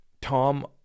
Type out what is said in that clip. Tom